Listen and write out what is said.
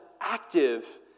active